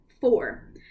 four